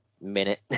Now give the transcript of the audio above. minute